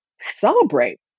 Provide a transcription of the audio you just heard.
celebrate